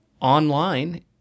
online